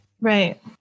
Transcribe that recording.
Right